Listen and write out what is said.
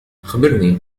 أخبرني